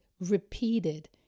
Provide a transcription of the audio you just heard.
repeated